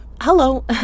hello